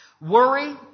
Worry